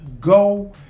go